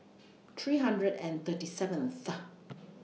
three hundred and thirty seventh